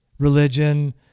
religion